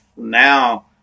Now